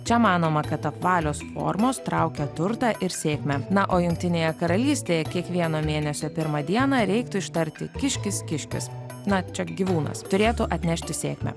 čia manoma kad apvalios formos traukia turtą ir sėkmę na o jungtinėje karalystėje kiekvieno mėnesio pirmą dieną reiktų ištarti kiškis kiškis na čia gyvūnas turėtų atnešti sėkmę